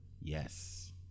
Yes